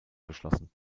beschlossen